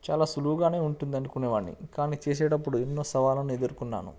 చాలా సులువుగా ఉంటుంది అనుకునేవాడిని కానీ చేసేటప్పుడు ఎన్నో సవాళ్ళను ఎదుర్కొన్నాను